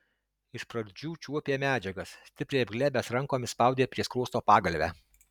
iš pradžių čiuopė medžiagas stipriai apglėbęs rankomis spaudė prie skruosto pagalvę